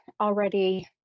already